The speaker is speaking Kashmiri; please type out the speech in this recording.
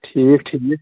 ٹھیٖک ٹھیٖک